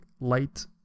light